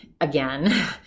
again